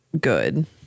good